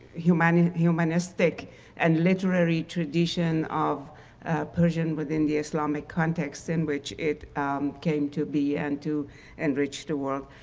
humanistic humanistic and literary tradition of persian within the islamic context in which it came to be and to enrich the world.